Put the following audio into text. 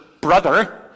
brother